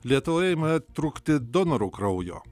lietuvoje ima trūkti donorų kraujo